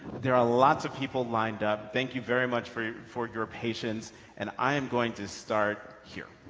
there are lots of people lined up. thank you very much for for your patience and i am going to start here.